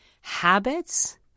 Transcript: habits